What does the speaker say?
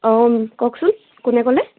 অঁ কওকচোন কোনে ক'লে